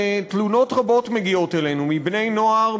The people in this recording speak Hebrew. תלונות רבות מגיעות אלינו מבני-נוער,